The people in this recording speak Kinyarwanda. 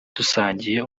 dusangiye